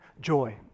joy